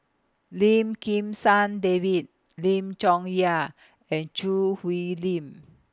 Lim Kim San David Lim Chong Yah and Choo Hwee Lim